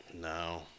No